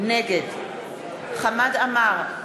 נגד חמד עמאר,